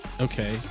Okay